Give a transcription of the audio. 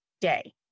day